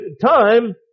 time